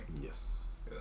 Yes